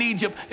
Egypt